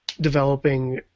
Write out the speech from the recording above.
developing